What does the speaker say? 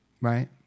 right